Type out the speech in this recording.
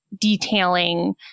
detailing